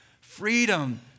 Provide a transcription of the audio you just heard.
Freedom